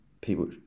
people